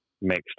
mixed